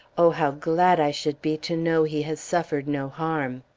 oh! how glad i should be to know he has suffered no harm.